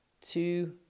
two